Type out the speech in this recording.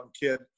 kid